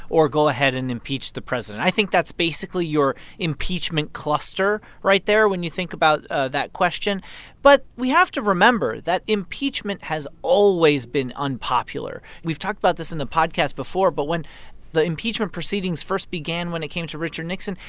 or go ahead and impeach the president. i think that's basically your impeachment cluster right there when you think about ah that question but we have to remember that impeachment has always been unpopular. we've talked about this in the podcast before. but when the impeachment proceedings first began when it came to richard nixon,